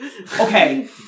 Okay